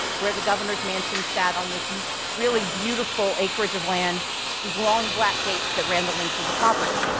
where the governor's mansion sat on this really beautiful acreage of land, with these long black gates that ran the length of the property.